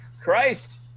Christ